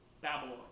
Babylon